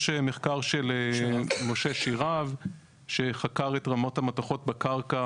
יש מחקר של משה שירב שחקר את רמות המתכות בקרקע